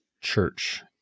church